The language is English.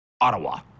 Ottawa